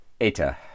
Eta